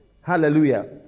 Hallelujah